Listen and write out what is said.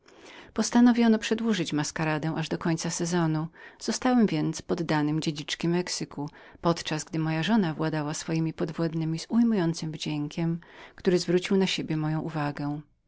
postanowiono przedłużyć maskaradę aż do końca pory roku zostałem więc poddanym dziedziczki mexyku podczas gdy moja żona władała swoimi z ujmującym wdziękiem który zwrócił na siebie moją uwagę